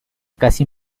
casi